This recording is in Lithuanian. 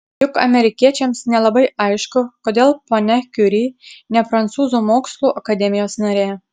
juk amerikiečiams nelabai aišku kodėl ponia kiuri ne prancūzų mokslų akademijos narė